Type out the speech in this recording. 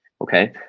Okay